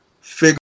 figure